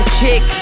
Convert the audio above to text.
kick